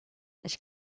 ich